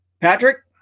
Patrick